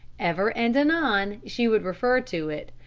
ever and anon she would refer to it,